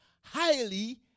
highly